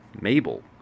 Mabel